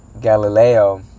Galileo